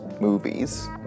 movies